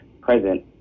present